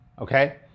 okay